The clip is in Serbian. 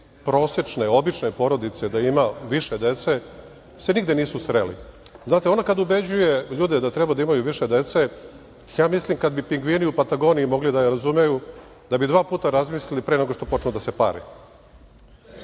prosečne, obične porodice da ima više dece se nigde nisu sreli. Znate, ona kada ubeđuje ljude da treba da imaju više dece, mislim, kada bi pingvini na Patagoniji mogli da je razumeju da bi dva puta razmislili pre nego što počnu da se pare.